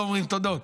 לא אומרים תודות.